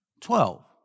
Twelve